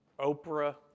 Oprah